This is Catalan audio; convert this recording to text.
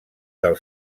del